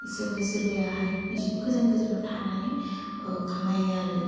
सोरोबा सोराबायाहाय बिदिनो गोजान गोजानाव थानानै खामायो आरो